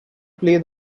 play